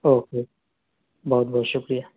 okay بہت بہت شکریہ